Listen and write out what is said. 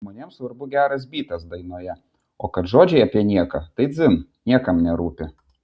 žmonėm svarbu geras bytas dainoje o kad žodžiai apie nieką tai dzin niekam nerūpi